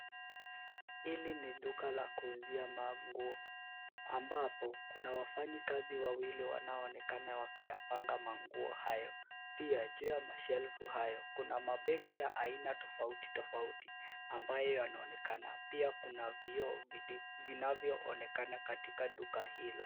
Hili ni duka la kuuzia manguo, ambapo kuna wafanyakazi wawili wanaoonekana wakiyapanga manguo hayo. Pia, juu ya mashelfu hayo, kuna mabegi ya aina tofauti tofauti, ambayo yanaonekana. Pia kuna vioo, vinavyoonekana katika duka hilo.